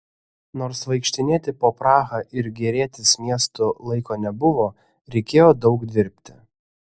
nors vaikštinėti po prahą ir gėrėtis miestu laiko nebuvo reikėjo daug dirbti